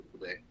today